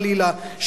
חלילה,